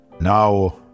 Now